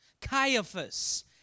Caiaphas